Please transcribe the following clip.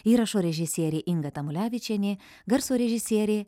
įrašo režisierė inga tamulevičienė garso režisierė